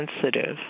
sensitive